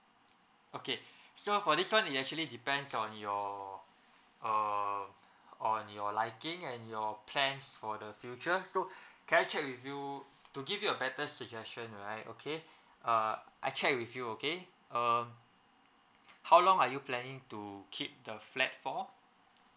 okay so for this one it actually depends on your err on your liking and your plans for the future so can I check with you to give you a better suggestion right okay err I check with you okay um how long are you planning to keep the flat for